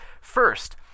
First